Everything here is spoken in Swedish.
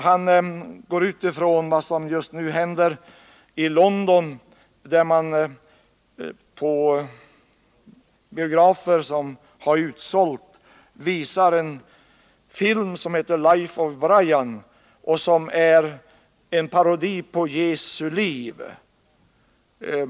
Han utgår ifrån vad som just nu händer i London, där man för utsålda biografer visar en film som heter Life of Brian och som är en parodi på Jesu liv.